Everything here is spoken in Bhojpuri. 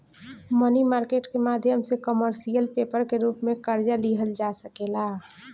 मनी मार्केट के माध्यम से कमर्शियल पेपर के रूप में कर्जा लिहल जा सकेला